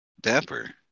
Dapper